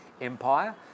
Empire